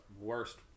worst